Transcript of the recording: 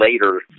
later